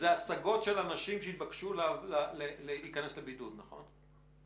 זה השגות של אנשים שהתבקשו להיכנס לבידוד, נכון?